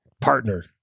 partner